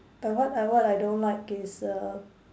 but what I what I don't like is err